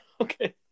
okay